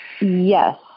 Yes